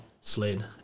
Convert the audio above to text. sled